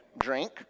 drink